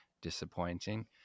disappointing